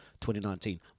2019